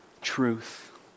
truth